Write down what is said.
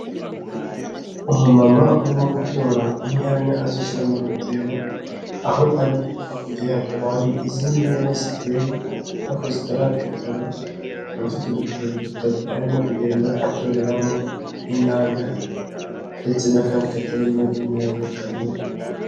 Umumama urimo gutora inyanya azishyira mu dutebo aho ari hakurya ye hakaba hari izindi nyanya ziteye ariko zitaratukura. Akaba afite udutebo dutatu arimo kugenda atoreramo inyanya ndetse n'akandi katarimo inyanya kamwe.